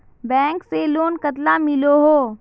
Bank से loan कतला मिलोहो?